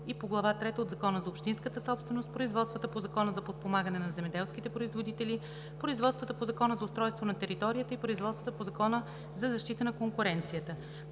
и по глава трета от Закона за общинската собственост, производствата по Закона за подпомагане на земеделските производители, производствата по Закона за устройство на територията и производствата по Закона за защита на конкуренцията.“